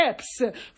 steps